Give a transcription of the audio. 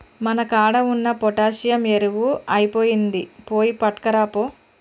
మన కాడ ఉన్న పొటాషియం ఎరువు ఐపొయినింది, పోయి పట్కరాపో